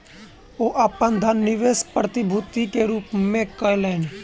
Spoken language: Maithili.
ओ अपन धन निवेश प्रतिभूति के रूप में कयलैन